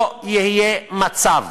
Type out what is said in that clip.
לא יהיה מצב,